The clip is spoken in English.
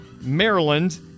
Maryland